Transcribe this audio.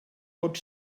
pot